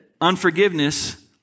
unforgiveness